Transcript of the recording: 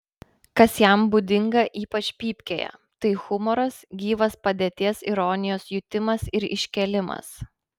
kas jam būdinga ypač pypkėje tai humoras gyvas padėties ironijos jutimas ir iškėlimas